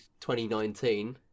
2019